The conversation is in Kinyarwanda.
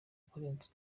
kurenza